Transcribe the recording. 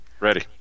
Ready